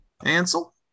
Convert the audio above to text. Ansel